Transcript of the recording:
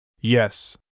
Yes